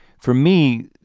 for me,